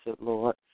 Lord